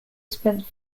spent